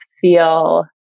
feel